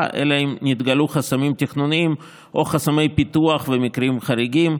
אלא אם כן נתגלו חסמים תכנוניים או חסמי פיתוח במקרים חריגים.